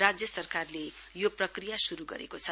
राज्य सरकारले यो प्रक्रिया श्रू गरेको छ